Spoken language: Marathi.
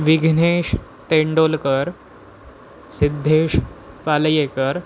विघ्नेश तेंडोलकर सिद्धेश पालयेकर